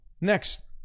Next